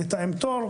לתאם תור,